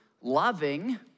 loving